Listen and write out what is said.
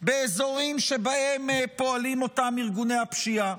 באזורים שבהם פועלים אותם ארגוני הפשיעה.